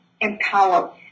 empower